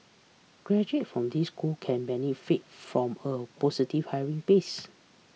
graduate from these school can benefit from a positive hiring bias